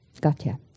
Gotcha